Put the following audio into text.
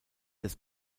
des